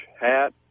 hat